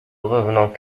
revenant